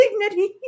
dignity